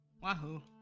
Wahoo